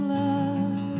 love